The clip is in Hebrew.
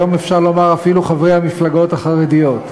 היום אפשר לומר אפילו חברי המפלגות החרדיות,